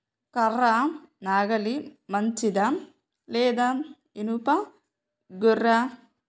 కర్ర నాగలి మంచిదా లేదా? ఇనుప గొర్ర?